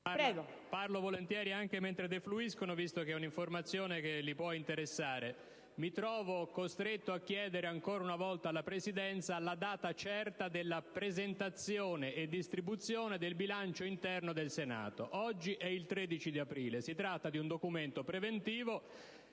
parlo volentieri anche mentre i colleghi defluiscono, visto che è un'informazione che li può interessare. Mi trovo costretto a chiedere ancora una volta alla Presidenza la data certa in cui sarà presentato e distribuito il bilancio interno del Senato. Oggi è il 13 aprile. Si tratta di un documento preventivo